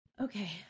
Okay